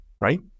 right